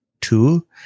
Two